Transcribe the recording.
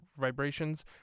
Vibrations